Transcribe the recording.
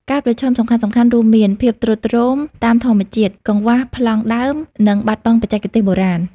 ការប្រឈមសំខាន់ៗរួមមាន ភាពទ្រុឌទ្រោមតាមធម្មជាតិ កង្វះប្លង់ដើម និងបាត់បង់បច្ចេកទេសបុរាណ។